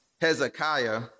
Hezekiah